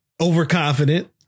Overconfident